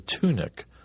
tunic